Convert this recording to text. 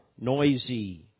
noisy